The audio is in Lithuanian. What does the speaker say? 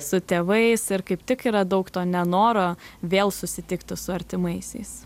su tėvais ir kaip tik yra daug to nenoro vėl susitiktų su artimaisiais